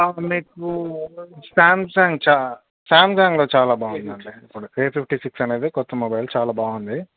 మీకు Samsung Samsung చాలా బాగుందండి త్రీ ఫిఫ్టీ సిక్స్ అనేది కొత్త మొబైల్ చాలా బాగుంది